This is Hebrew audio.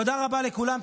תודה רבה לכולם.